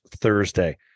Thursday